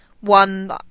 one